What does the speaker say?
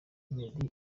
meddy